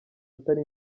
atari